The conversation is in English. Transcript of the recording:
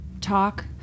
talk